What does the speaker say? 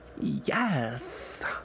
Yes